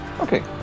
Okay